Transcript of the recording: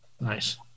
Nice